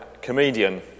comedian